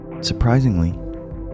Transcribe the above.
surprisingly